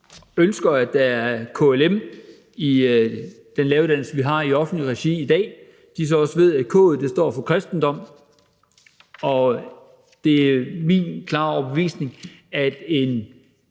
ønsker, at der er KLM i den læreruddannelse, som vi har i offentligt regi i dag, også ved, at k'et står for kristendomskundskab. Og det er min klare overbevisning, at en